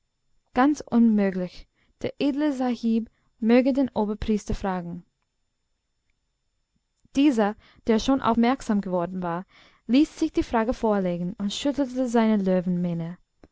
ganz unmöglich der edle sahib möge den oberpriester fragen dieser der schon aufmerksam geworden war ließ sich die frage vorlegen und schüttelte seine